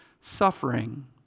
suffering